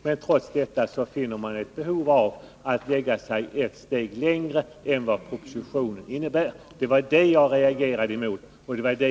Men trots detta finner man ett behov av att gå ett steg längre än vad propositionen innebär. Detta reagerar jag emot.